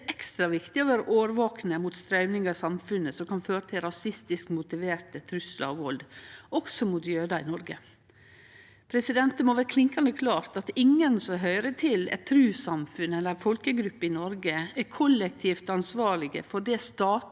er det ekstra viktig å vere årvakne mot straumdrag i samfunnet som kan føre til rasistisk motiverte truslar og vald, også mot jødar i Noreg. Det må vere klinkande klart at ingen som høyrer til eit trussamfunn eller ei folkegruppe i Noreg, er kollektivt ansvarlege for det statar